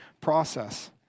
process